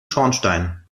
schornstein